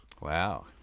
Wow